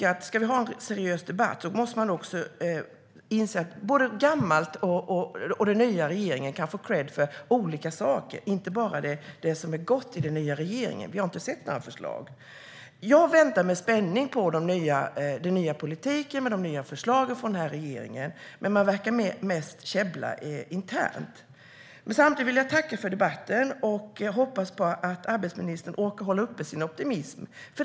Om vi ska ha en seriös debatt tycker jag att man måste inse att både den gamla och den nya regeringen kan få kredd för olika saker. Det kan inte bara gälla det som är gott i den nya regeringen, för vi har inte sett några förslag. Jag väntar med spänning på den nya politiken med de nya förslagen från regeringen, men man verkar mest käbbla internt. Samtidigt vill jag tacka för debatten, och jag hoppas att arbetsmarknadsministern orkar hålla uppe sin optimism.